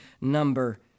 number